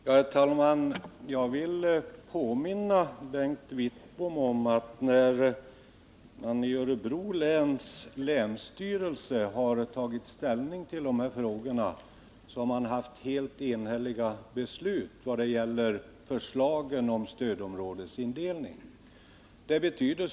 Herr talman! Jag vill påminna Bengt Wittbom om att beslutet i Örebro läns länsstyrelse att begära ändrad stödområdesindelning var enhälligt.